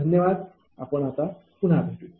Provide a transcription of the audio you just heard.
धन्यवाद आपण परत भेटू